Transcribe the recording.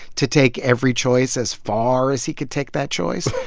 to take every choice as far as he could take that choice,